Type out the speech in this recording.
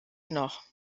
noch